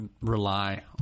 rely